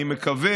אני מקווה,